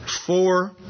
four